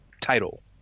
title